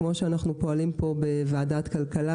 כמו שאנחנו פועלים פה בוועדת הכלכלה